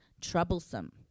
troublesome